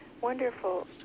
wonderful